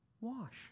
wash